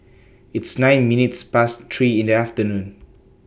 its nine minutes Past three in The afternoon